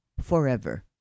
forever